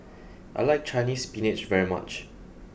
I like Chinese spinach very much